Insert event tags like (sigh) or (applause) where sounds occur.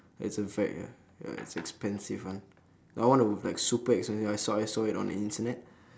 ir's a fact ya ir's expensive [one] I want the like super expensive one I saw I saw it on the internet (breath)